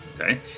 Okay